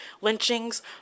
lynchings